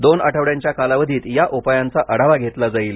दोन आठवड्यांच्या कालावधीत या उपायांचा आढावा घेतला जाईल